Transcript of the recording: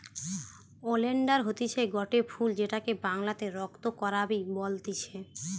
oleander হতিছে গটে ফুল যেটাকে বাংলাতে রক্ত করাবি বলতিছে